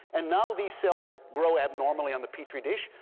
and now these cells grow abnormally on the petri dish.